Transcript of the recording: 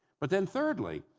but then, thirdly,